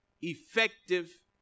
effective